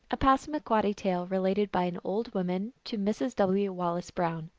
a passamaquoddy tale related by an old woman to mrs. w. wallace brown.